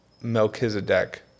Melchizedek